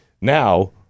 now